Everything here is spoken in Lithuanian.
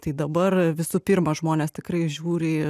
tai dabar visų pirma žmonės tikrai žiūri